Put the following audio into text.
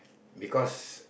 because